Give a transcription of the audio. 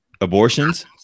abortions